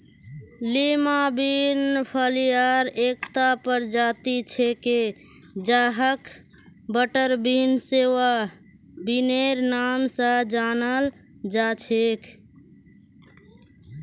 Lima bean फलियार एकता प्रजाति छिके जहाक बटरबीन, सिवा बिनेर नाम स जानाल जा छेक